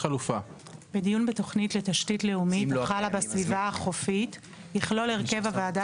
"בדיון בתוכנית לתשתית לאומית החלה בסביבה החופית יכלול הרכב הוועדה